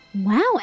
Wow